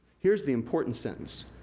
here's the important sentence.